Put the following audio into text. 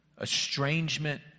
estrangement